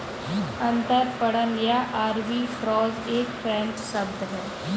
अंतरपणन या आर्बिट्राज एक फ्रेंच शब्द है